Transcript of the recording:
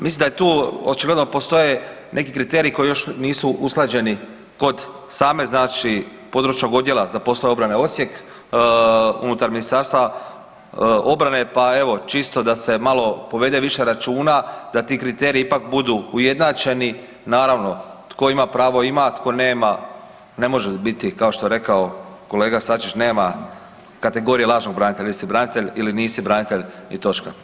Mislim da je tu očigledno postoje neki kriteriji koji još nisu usklađeni kod same znači Područnog odjela za poslove obrane Osijek unutar Ministarstva obrane, pa evo čisto da se malo povede više računa da ti kriteriji ipak budu ujednačeni, naravno tko ima pravo ima, tko ima, ne može biti kao što je rekao kolega Sačić nema kategorije lažnog branitelja il se branitelj il nisi branitelj i točka.